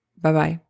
Bye-bye